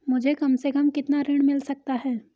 मुझे कम से कम कितना ऋण मिल सकता है?